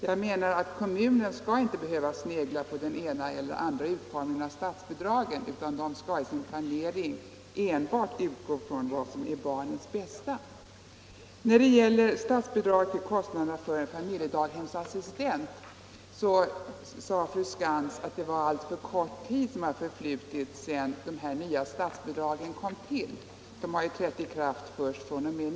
Jag menar att kommunerna inte skall behöva snegla på utformningen av statsbidragen utan att de i sin planering enbart skall utgå från vad som är barnens bästa. När det gäller statsbidraget till kostnaderna för familjedagshemsassistenter sade fru Skantz att det förflutit alltför kort tid sedan de nya statsbidragen kom till — de trädde i kraft först vid årsskiftet.